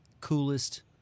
coolest